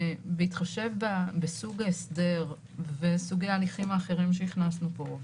(ד)בקשת העצור או האסיר תוגש לא יאוחר מ־72 שעות לפני מועד הדיון,